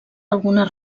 algunes